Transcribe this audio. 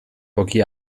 pochi